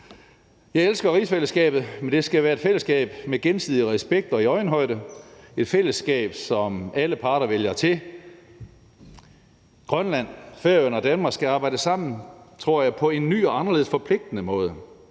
Jeg elsker rigsfællesskabet, men det skal være et fællesskab med gensidig respekt og i øjenhøjde – et fællesskab, som alle parter vælger til. Grønland, Færøerne og Danmark skal arbejde sammen, tror jeg, på en ny og anderledes forpligtende måde.